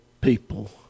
people